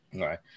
Right